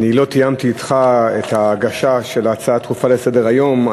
אני לא תיאמתי אתך את ההגשה של ההצעה הדחופה לסדר-היום.